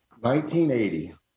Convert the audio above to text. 1980